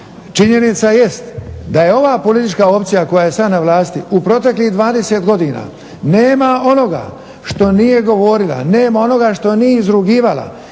Činjenica jest da je ova politička opcija koja je sad na vlasti u proteklih 20 godina nema onoga što nije govorila, nema onoga što nije izrugivala,